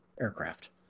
aircraft